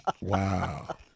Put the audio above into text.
Wow